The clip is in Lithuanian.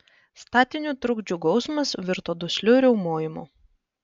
statinių trukdžių gausmas virto dusliu riaumojimu